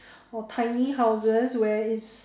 or tiny houses where it's